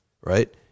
right